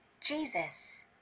Jesus